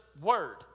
Word